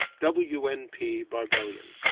w. n. p. barbellion.